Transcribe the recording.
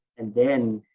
and then